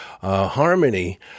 Harmony